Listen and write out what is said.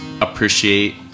appreciate